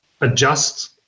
adjust